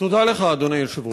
תודה לך, אדוני היושב-ראש.